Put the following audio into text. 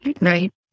Right